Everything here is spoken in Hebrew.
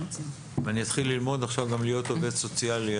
אני אתחיל ללמוד עכשיו גם להיות עובד סוציאלי,